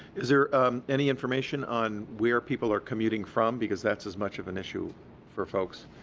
is there any information on where people are commuting from, because that's as much of an issue for folks,